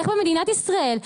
איך במדינת ישראל,